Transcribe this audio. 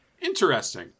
interesting